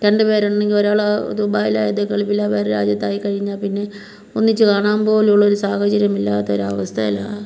രണ്ട് പേരുണ്ടെങ്കിൽ ഒരാൾ ദുബായിൽ ഗൾഫിൽ അവരുടെ രാജ്യത്തിലായി കഴിഞ്ഞാൽ പിന്നെ ഒന്നിച്ച് കാണാൻ പോലും ഉള്ളൊരു സാഹചര്യം ഇല്ലാത്തൊരു അവസ്ഥയിലാണ്